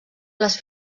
les